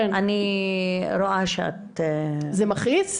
זה מכעיס.